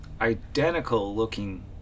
identical-looking